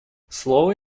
слово